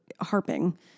harping